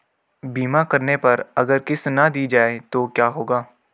बीमा करने पर अगर किश्त ना दी जाये तो क्या होगा?